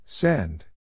Send